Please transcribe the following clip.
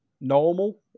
normal